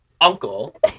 Uncle